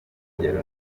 rugero